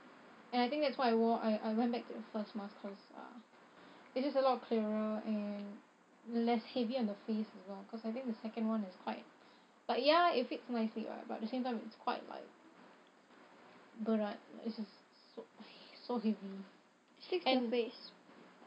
and I think that's why I wa~ I I went back to the first mask cause uh it's just a lot clearer and less heavy on the face as well cause I think the second one is quite like ya it fit's nicely what but at the same time it's quite like berat it's just s~ so heavy and